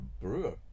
brewer